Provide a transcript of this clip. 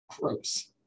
Gross